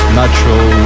natural